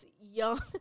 young